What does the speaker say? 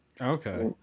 Okay